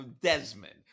Desmond